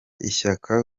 ishyaka